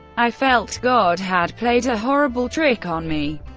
i felt god had played a horrible trick on me.